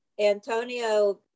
Antonio